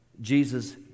Jesus